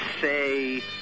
say